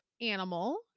animal